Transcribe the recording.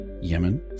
Yemen